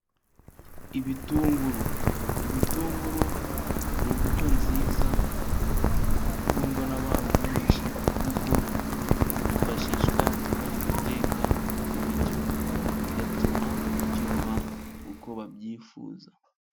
Ibitunguru, ibitunguru ni imbuto nziza ikundwa n'abantu benshi, kuko yifashishwa bari guteka ibiryo, bigatuma biryoha uko babyifuza.